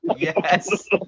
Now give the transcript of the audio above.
Yes